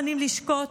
לשקוט,